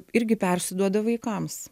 irgi persiduoda vaikams